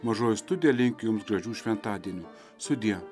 mažoji studija linkiu jums gražių šventadienių sudie